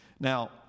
Now